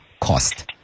cost